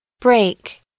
break